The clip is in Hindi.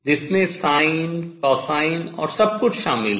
जिसमें sin cosine और सब कुछ शामिल है